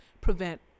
prevent